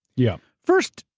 yeah. first,